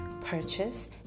purchase